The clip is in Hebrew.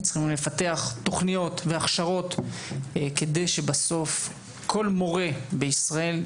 וצריכים לפתח תוכניות והכשרות כדי שבסוף כל מורה בישראל,